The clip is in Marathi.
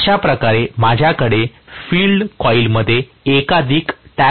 अशा प्रकारे माझ्याकडे फील्ड कॉइलमध्ये एकाधिक टॅप्स असतील